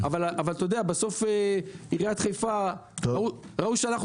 אבל בסוף עיריית חיפה ראו שהלכנו